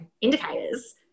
indicators